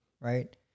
right